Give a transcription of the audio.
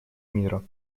мира